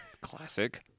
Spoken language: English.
Classic